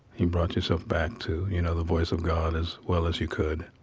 you brought yourself back to, you know, the voice of god as well as you could,